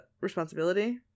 responsibility